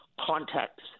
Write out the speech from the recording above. context